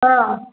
हां